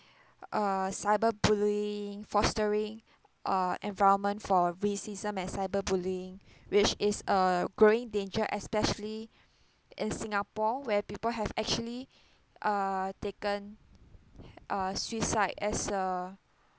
uh cyber bullying fostering uh environment for racism and cyber bullying which is a growing danger especially in singapore where people have actually err taken uh suicide as a